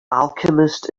alchemist